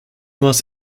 was